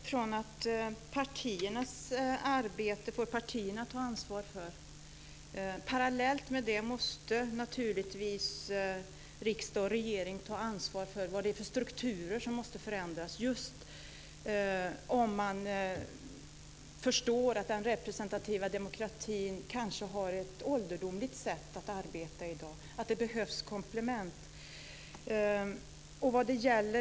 Fru talman! Jag utgår från att partiernas arbete får partierna ta ansvar för. Parallellt med det måste naturligtvis riksdag och regering ta ansvar för vad det är för strukturer som måste förändras just om man förstår att den representativa demokratin kanske har ett ålderdomligt sätt att arbeta på i dag, att det behövs komplement.